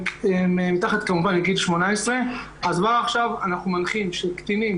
שמתחת כמובן לגיל 18. אז כבר עכשיו אנחנו מנחים שקטינים